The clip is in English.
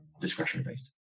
discretion-based